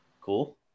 Cool